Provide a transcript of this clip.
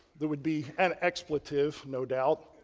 there would be an expletive, no doubt.